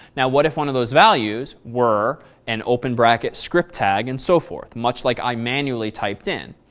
now, what if one of those values were an open bracket script tag and so forth, much like i manually typed in.